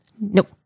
Nope